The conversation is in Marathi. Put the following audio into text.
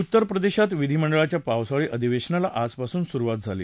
उत्तरप्रदेशात विधीमंडळाच्या पावसाळी अधिवेनशनाला आजपासून सुरुवात झाली